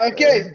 Okay